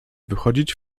wychodzić